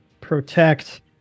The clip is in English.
protect